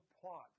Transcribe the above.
plot